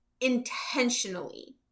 intentionally